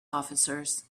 officers